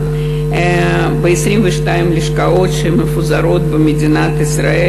ב-22 לשכות שמפוזרות במדינת ישראל,